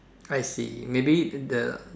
I see maybe the